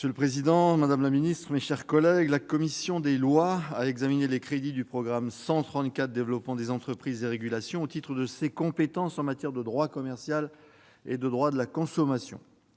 Monsieur le président, madame la secrétaire d'État, mes chers collègues, la commission des lois a examiné les crédits du programme 134, « Développement des entreprises et régulations », au titre de ses compétences en matière de droit commercial et de droit de la consommation.